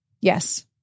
Yes